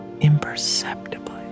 imperceptibly